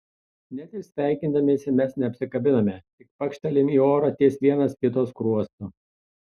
net ir sveikindamiesi mes neapsikabiname tik pakštelim į orą ties vienas kito skruostu